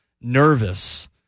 nervous